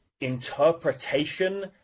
interpretation